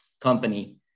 company